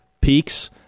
peaks